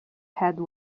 head